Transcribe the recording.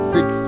Six